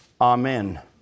Amen